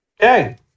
Okay